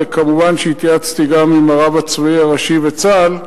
וכמובן התייעצתי גם עם הרב הצבאי הראשי בצה"ל,